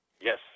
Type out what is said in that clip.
Yes